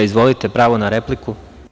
Izvolite, pravo na repliku.